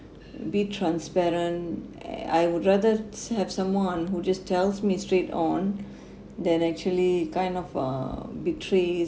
be transparent I would rather have someone who just tells me straight on than actually kind of uh betrays